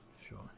Sure